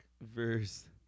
verse